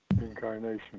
incarnation